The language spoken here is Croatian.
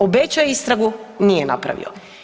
Obećao je istragu, nije napravio.